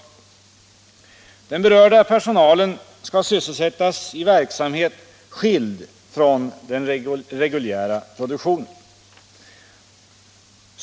Den berörda personalen skall sysselsättas i verksamhet skild från den reguljära produktionen.